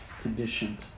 conditioned